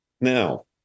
Now